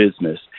business